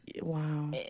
Wow